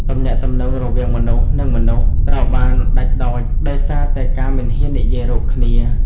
ទំនាក់ទំនងរវាងមនុស្ស និងមនុស្សត្រូវបានដាច់ដោច ដោយសារតែការមិនហ៊ាននិយាយរកគ្នា។